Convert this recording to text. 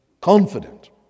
confident